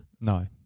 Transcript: no